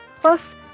plus